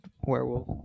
werewolf